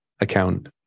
account